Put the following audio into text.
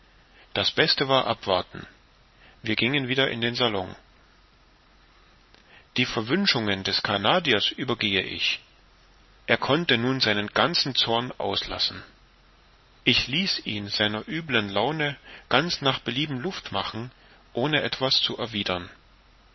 das beste war abwarten wir gingen wieder in den salon die verwünschungen des canadiers übergehe ich er konnte nun seinen ganzen zorn auslassen ich ließ ihn seiner üblen laune ganz nach belieben luft machen ohne etwas zu erwidern